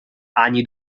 ani